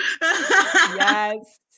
Yes